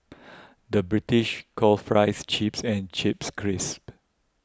the British calls Fries Chips and Chips Crisps